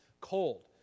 cold